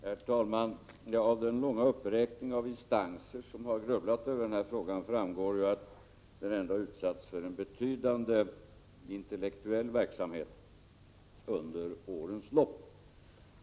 Herr talman! Av den långa uppräkning av instanser som har grubblat över den här frågan framgår att den har utsatts för en betydande intellektuell verksamhet under årens lopp.